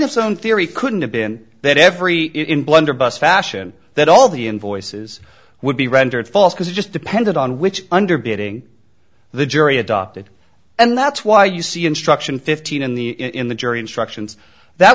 own theory couldn't have been that every in blunderbuss fashion that all the invoices would be rendered false because it just depended on which underbidding the jury adopted and that's why you see instruction fifteen in the in the jury instructions that